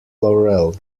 laurel